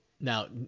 now